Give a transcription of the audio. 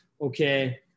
okay